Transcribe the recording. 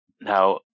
Now